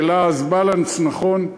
בלעז balance, נכון,